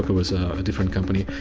was a different company.